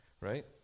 right